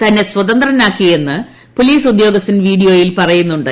തന്നെ സ്വതന്ത്ര്യനാക്കിയെന്ന് പോലീസ് ഉദ്യോഗസ്ഥൻ വീഡിയോയിൽ പറയുന്നുണ്ട്